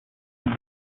son